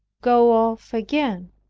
go off again.